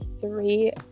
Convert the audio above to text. three